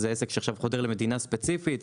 זה עסק שחודר למדינה ספציפית,